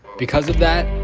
because of that,